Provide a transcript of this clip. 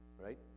Right